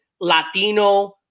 Latino